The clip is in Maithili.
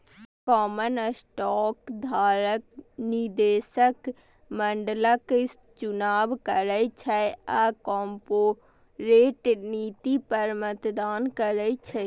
कॉमन स्टॉक धारक निदेशक मंडलक चुनाव करै छै आ कॉरपोरेट नीति पर मतदान करै छै